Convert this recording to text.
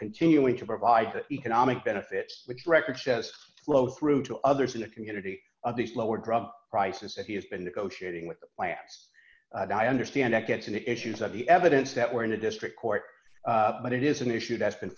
continuing to provide economic benefits which records as flow through to others in the community of these lower drug prices if he has been negotiating with the plants and i understand that gets into issues of the evidence that were in the district court but it is an issue that's been